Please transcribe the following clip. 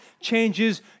changes